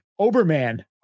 Oberman